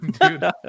Dude